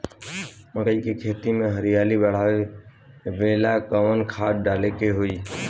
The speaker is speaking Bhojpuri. मकई के खेती में हरियाली बढ़ावेला कवन खाद डाले के होई?